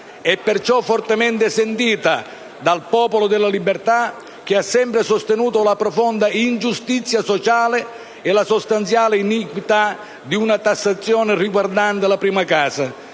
è perciò fortemente sentita dal Popolo della libertà, che ha sempre sostenuto la profonda ingiustizia sociale e la sostanziale iniquità di una tassazione riguardante la prima casa,